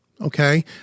Okay